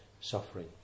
suffering